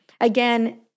Again